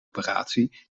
operatie